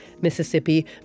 Mississippi